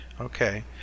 Okay